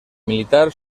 militar